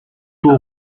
дуу